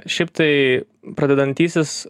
šiaip tai pradedantysis